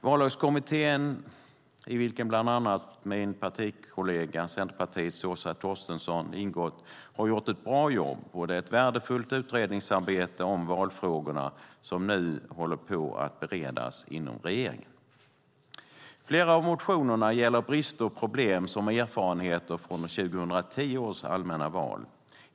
Vallagskommittén, i vilken bland andra min partikollega Centerpartiets Åsa Torstensson har ingått, har gjort ett bra jobb, och det är ett värdefullt utredningsarbete om valfrågorna som nu håller på att beredas inom regeringen. Flera av motionerna gäller brister och problem som är erfarenheter från 2010 års allmänna val.